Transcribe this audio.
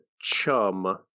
chum